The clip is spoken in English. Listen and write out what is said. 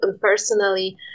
personally